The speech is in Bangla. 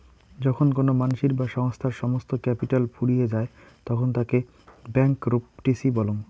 যখন কোনো মানসির বা সংস্থার সমস্ত ক্যাপিটাল ফুরিয়ে যায় তখন তাকে ব্যাংকরূপটিসি বলং